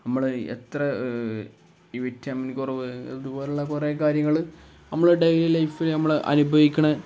നമ്മള് എത്ര വിറ്റമിൻ കുറവ് അതുപോലുള്ള കുറേ കാര്യങ്ങള് നമ്മള് ഡെയിലി ലൈഫില് നമ്മള് അനുഭവിക്കണ